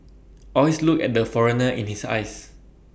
always look at the foreigner in his eyes